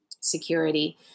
security